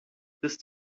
bis